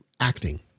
acting